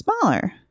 smaller